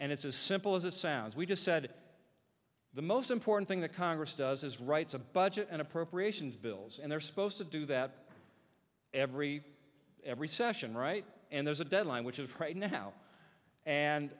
and it's as simple as it sounds we just said the most important thing that congress does is writes a budget and appropriations bills and they're supposed to do that every every session right and there's a deadline which is right now and